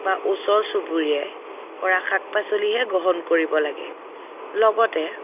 বা ওচৰ চুবুৰীয়াই কৰা শাক পাচলিহে গ্ৰহণ কৰিব লাগে লগতে